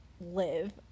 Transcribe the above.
live